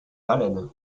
haleine